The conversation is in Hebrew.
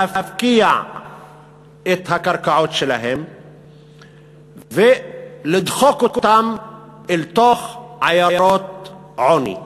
להפקיע את הקרקעות שלהם ולדחוק אותם אל תוך עיירות עוני.